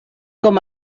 com